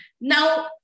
Now